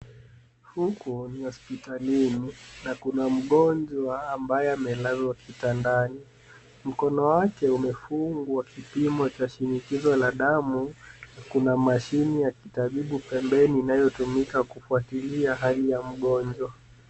Huku ni hospitalini na kuna mgonjwa ambaye amelazwa kitandani. Mkono wake umefungwa kipimo cha shinikizo la damu. Kuna mashine ya kitabibu pembeni inayotumika kufuatilia hali ya mgonjwa.